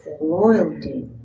loyalty